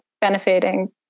benefiting